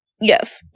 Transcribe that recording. Yes